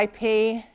IP